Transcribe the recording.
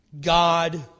God